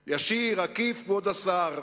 ישיר, עקיף, כבוד השר,